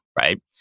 right